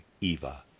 Eva